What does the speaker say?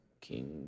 king